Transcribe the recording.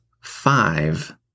five